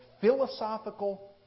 philosophical